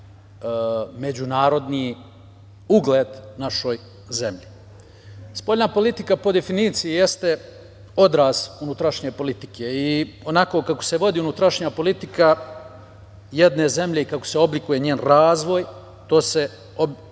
međunarodni ugled našoj zemlji. Spoljna politika po definiciji jeste odraz unutrašnje politike i onako kako se vodi unutrašnja politika jedne zemlje i kako se oblikuje njen razvoj, to se direktno